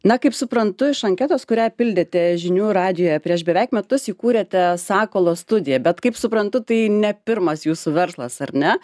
na kaip suprantu iš anketos kurią pildėte žinių radijuje prieš beveik metus įkūrėte sakalo studiją bet kaip suprantu tai ne pirmas jūsų verslas ar ne